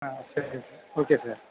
ஆ சரி okay sir